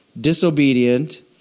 disobedient